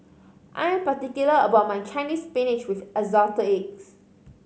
I am particular about my Chinese Spinach with Assorted Eggs